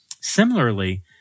Similarly